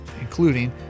including